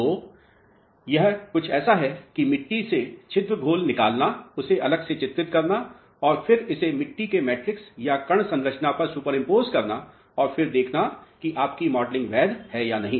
तो यह कुछ ऐसा है कि मिट्टी से छिद्र घोलनिकालना इसे अलग से चित्रित करना और फिर इसे मिट्टी के मैट्रिक्स या कण संरचना पर सुपरइम्पोज़ करना और फिर देखना कि आपकी मॉडलिंग वैध है या नहीं